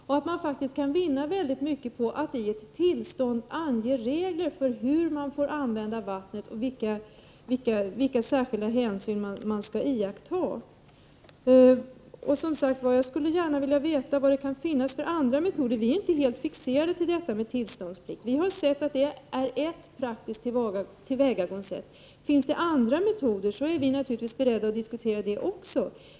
Vi har faktiskt väldigt mycket att vinna på att i ett tillstånd ange regler för hur man får använda vattnet och vilka särskilda hänsyn man skall iaktta. Jag skulle som sagt gärna vilja veta vad det finns för andra metoder. Vi är inte helt fixerade till detta med tillståndsplikt. Vi har sett att det är ett praktiskt tillvägagångssätt. Finns det andra metoder är vi naturligtvis beredda att diskutera dem.